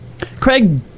Craig